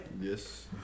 Yes